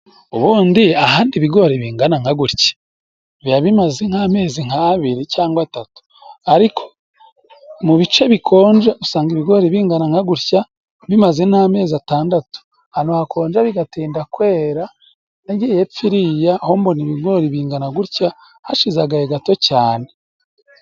Ubundi ahandi ibigori bingana nka gutya biba bimaze nk'amezi nk'abiri cyangwa atatu ariko mu bice bikonje usanga ibigori binganaga gutya bimaze n'amezi atandatu ahantu hakonje bigatinda kwera nagiye epfiriya hombona ibigori bingana gutya hashize agahe gato cyane.